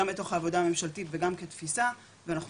גם בתוך העבודה הממשלתית וגם כתפיסה ואנחנו